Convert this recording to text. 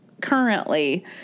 currently